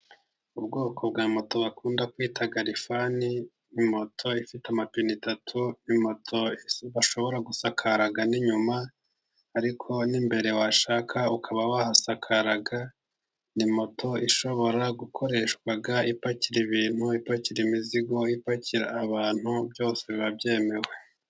Ubwoko bwa moto bakunda kwita rifani, ni moto ifite amapine atatu, ni moto bashobora gusakara n'inyuma, ariko n'imbere washaka ukaba wahasakara, ni moto ishobora gukoreshwa ipakira ibintu, ipakira imizigo, ipakira abantu byose bibabyemewe.